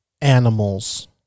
animals